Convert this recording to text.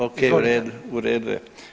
Okej u redu, u redu je.